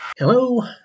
Hello